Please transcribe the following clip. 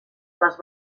les